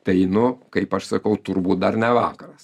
tai nu kaip aš sakau turbūt dar ne vakaras